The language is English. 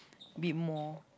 bit more